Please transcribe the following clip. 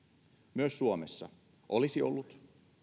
myös suomessa olisi ollut